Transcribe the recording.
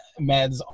meds